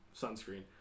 sunscreen